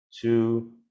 Two